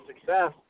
success